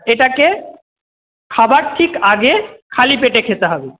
এটাকে খাবার ঠিক আগে খালি পেটে খেতে হবে